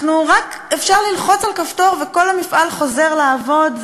אפשר רק ללחוץ על כפתור וכל המפעל חוזר לעבוד.